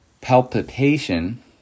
palpitation